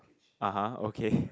(uh huh) okay